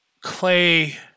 Clay